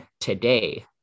today